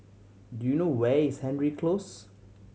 do you know where is Hendry Close